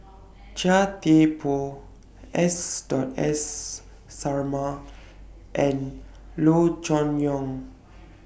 Chia Thye Poh S Dot S Sarma and Loo Choon Yong